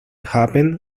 happen